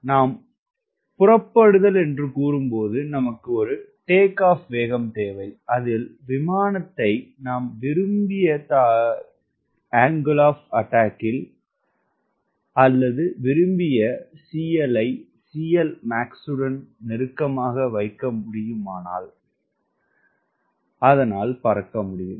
நாம் புறப்படுதல் என்று கூறும்போது நமக்கு ஒரு டேக் ஆஃப் வேகம் தேவை அதில் விமானத்தை நாம் விரும்பிய தாக்குதலில் அல்லது விரும்பிய CL ஐ CLmaxடன் நெருக்கமாக வைக்க முடியுமானால் அதால் பறக்க முடியும்